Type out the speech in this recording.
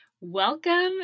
Welcome